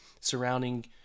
surrounding